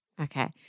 Okay